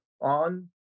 on